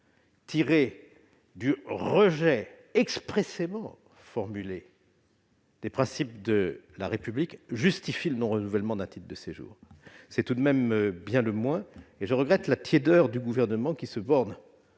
un rejet expressément formulé des principes de la République justifie le non-renouvellement d'un titre de séjour. C'est tout de même bien le moins. À cet égard, je regrette la tiédeur du Gouvernement, qui se borne